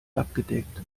abgedeckt